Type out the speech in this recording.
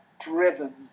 driven